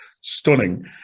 stunning